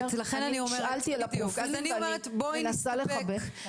אני נשאלתי על הפרופיל ואני מנסה לחבר.